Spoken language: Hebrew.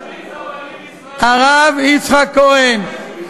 אל תשמיץ את הרבנים בישראל, הרב יצחק כהן.